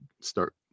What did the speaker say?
start